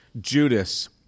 Judas